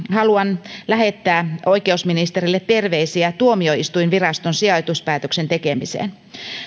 haluan lähettää oikeusministerille terveisiä tuomioistuinviraston sijoituspäätöksen tekemiseen